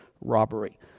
robbery